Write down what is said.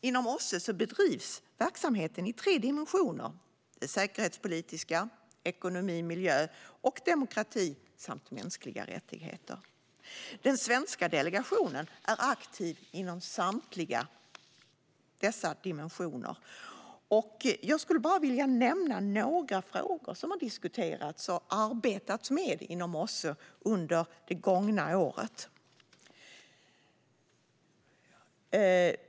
Inom OSSE bedrivs verksamheten i tre dimensioner: en säkerhetspolitisk, en som rör ekonomi och miljö samt en som rör demokrati och mänskliga rättigheter. Den svenska delegationen är aktiv inom samtliga dessa dimensioner. Jag skulle vilja nämna några frågor som har diskuterats och arbetats med inom OSSE under det gångna året.